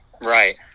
Right